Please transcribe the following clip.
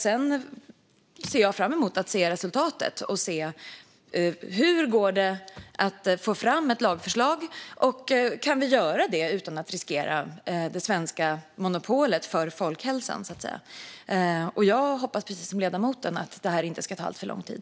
Jag ser fram emot att se resultatet och hur det skulle gå att få fram ett lagförslag - kan vi göra det utan att riskera det svenska monopolet för folkhälsan? Jag hoppas, precis som ledamoten, att detta inte ska ta alltför lång tid.